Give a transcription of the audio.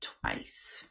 twice